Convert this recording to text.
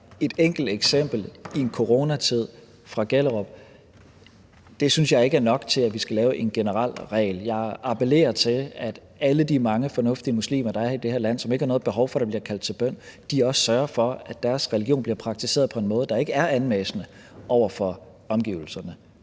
et enkelt eksempel i en coronatid fra Gellerup ikke er nok til, vi skal lave en generel regel. Jeg appellerer til, at alle de mange fornuftige muslimer, der er i det her land, som ikke har noget behov for, at der bliver kaldt til bøn, også sørger for, at deres religion bliver praktiseret på en måde, der ikke er anmassende over for omgivelserne.